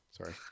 Sorry